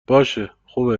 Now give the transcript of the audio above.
باشهخوبه